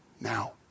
now